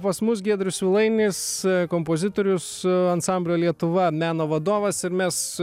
pas mus giedrius svilainis kompozitorius ansamblio lietuva meno vadovas ir mes